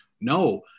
No